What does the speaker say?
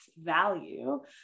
value